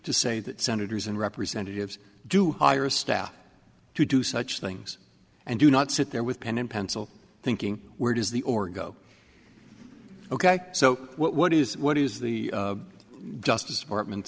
to say that senators and representatives do hire a staff to do such things and do not sit there with pen and pencil thinking where does the or go ok so what is what is the justice department